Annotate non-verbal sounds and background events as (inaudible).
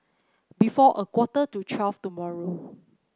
before a quarter to (unintelligible) tomorrow